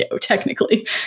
technically